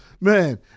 Man